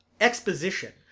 exposition